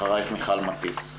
אחריך מיכל מטס.